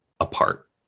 apart